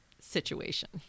situation